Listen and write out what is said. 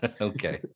Okay